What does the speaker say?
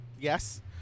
yes